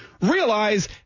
realize